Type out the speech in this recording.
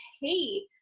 hate